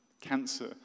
Cancer